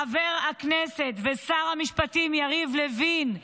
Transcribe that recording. חבר הכנסת ושר המשפטים יריב לוין,